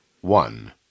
One